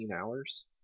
hours